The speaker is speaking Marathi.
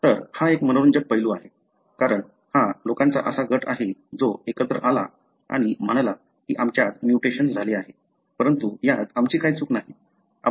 तर हा एक मनोरंजक पैलू आहे कारण हा लोकांचा असा गट आहे जो एकत्र आला आणि म्हणाला की आमच्यात म्युटेशन्स झाले आहे परंतु यात आमची चूक नाही